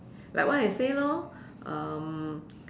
like what I say lor um